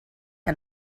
que